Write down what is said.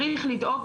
צריך לדאוג,